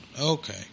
Okay